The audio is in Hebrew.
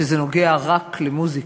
נוגע רק במוזיקה,